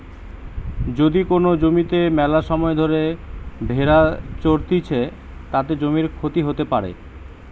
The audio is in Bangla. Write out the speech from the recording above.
যদি কোন জমিতে মেলাসময় ধরে ভেড়া চরতিছে, তাতে জমির ক্ষতি হতে পারে